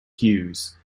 hughes